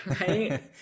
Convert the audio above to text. right